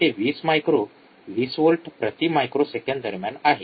५ ते २० micro २० volt प्रति microsecond दरम्यान आहे